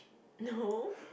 no